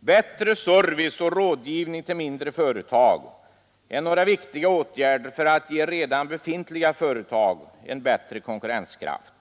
bättre service och rådgivning till mindre företag är några viktiga åtgärder för att ge redan befintliga företag en bättre konkurrenskraft.